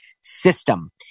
system